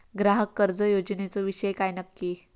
ग्राहक कर्ज योजनेचो विषय काय नक्की?